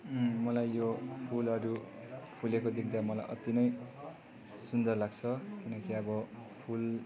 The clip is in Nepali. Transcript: मलाई यो फुलहरू फुलेको देख्दा मलाई अति नै सुन्दर लाग्छ किनकि अब